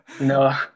No